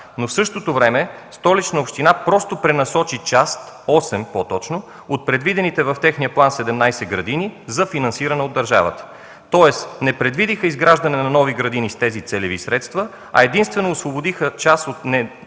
в същото време Столичната община просто пренасочи част – осем по-точно, от предвидените в техния план 17 градини за финансиране от държавата. Тоест не предвидиха изграждане на нови градини с тези целеви средства, а единствено освободиха част от необходимия